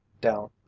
down